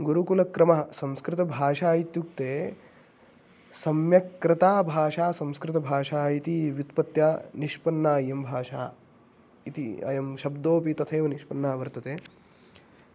गुरुकुलक्रमः संस्कृतभाषा इत्युक्ते सम्यक् कृता भाषा संस्कृतभाषा इति व्युत्पत्या निष्पन्ना इयं भाषा इति अयं शब्दोऽपि तथैव निष्पन्नः वर्तते